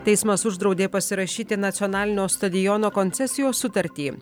teismas uždraudė pasirašyti nacionalinio stadiono koncesijos sutartį